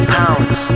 pounds